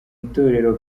itorero